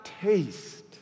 taste